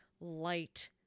light